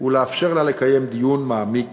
ולאפשר לה לקיים דיון מעמיק